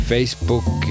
Facebook